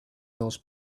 those